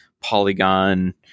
Polygon